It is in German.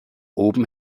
oben